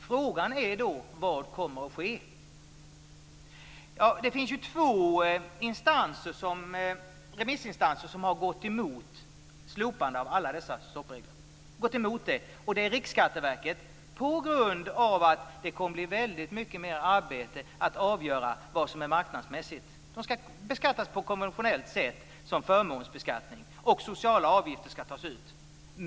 Frågan är vad som kommer att ske. Det finns två remissinstanser som har gått emot förslagen om slopande av alla dessa stoppregler. Riksskatteverket hävdar att det kommer att bli mer arbete att avgöra vad som är marknadsmässigt. Det ska vara en konventionell beskattning, dvs. förmånsbeskattning, och sociala avgifter ska tas ut.